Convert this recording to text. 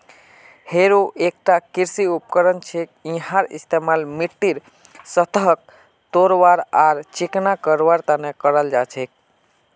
harrow एकता कृषि उपकरण छिके यहार इस्तमाल मिट्टीर सतहक तोड़वार आर चिकना करवार तने कराल जा छेक